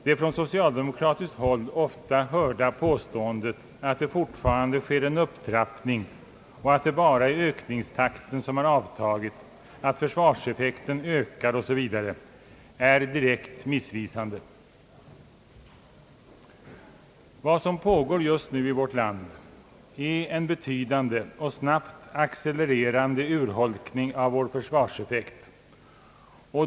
Det från socialdemokratiskt håll ofta hörda påståendet att det fortfarande sker en upptrappning och att det bara är ökningstakten som har avtagit, att försvarseffekten ökar osv., är direkt missvisande. Vad som pågår just nu i vårt land är en betydande och snabbt accelererande urholkning av vår försvarseffekt.